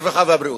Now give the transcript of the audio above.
הרווחה והבריאות.